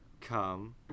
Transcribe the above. come